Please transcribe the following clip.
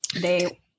They-